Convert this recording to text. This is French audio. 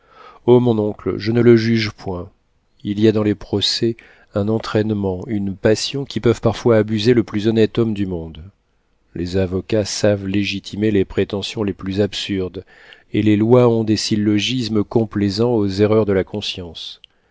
oh mon oncle je ne le juge point il y a dans les procès un entraînement une passion qui peuvent parfois abuser le plus honnête homme du monde les avocats savent légitimer les prétentions les plus absurdes et les lois ont des syllogismes complaisants aux erreurs de la conscience